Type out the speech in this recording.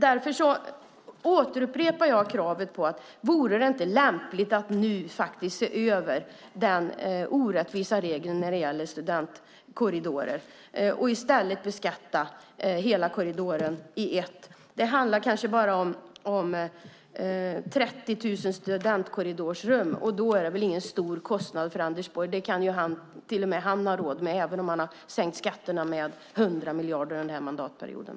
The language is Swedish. Därför upprepar jag frågan: Vore det inte lämpligt att nu se över den orättvisa regeln gällande studentkorridorer och i stället beskatta hela korridoren i ett? Det kanske handlar om 30 000 korridorsrum, och det är ingen stor kostnad för Anders Borg. Det kan till och med han ha råd med även om han sänkt skatterna med 100 miljarder under mandatperioden.